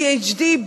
ADHD,